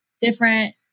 different